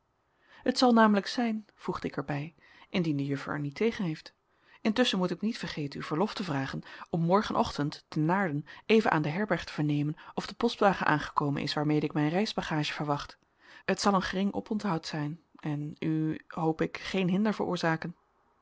het zal namelijk zijn voegde ik er bij indien de juffer er niet tegen heeft intusschen moet ik niet vergeten u verlof te vragen om morgenochtend te naarden even aan de herberg te vernemen of de postwagen aangekomen is waarmede ik mijn reisbagage verwacht het zal een gering oponthoud zijn en u hoop ik geen hinder veroorzaken